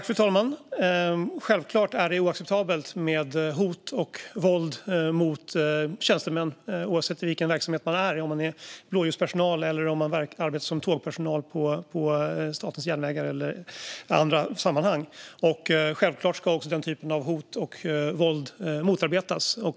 Fru talman! Självklart är det oacceptabelt med hot och våld mot tjänstemän, oavsett vilken verksamhet det är. Det kan vara blåljuspersonal eller tågpersonal på SJ eller personal i andra sammanhang. Självklart ska den typen av hot och våld motarbetas.